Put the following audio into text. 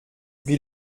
wie